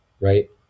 right